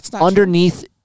underneath